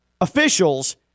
officials